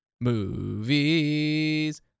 movies